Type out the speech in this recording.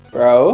Bro